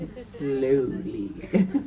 slowly